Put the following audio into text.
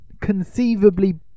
conceivably